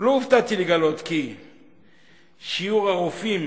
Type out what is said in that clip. לא הופתעתי לגלות כי שיעור הרופאים